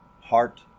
heart